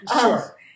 Sure